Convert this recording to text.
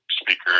speaker